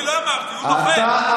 אני לא אמרתי, הוא נוכל.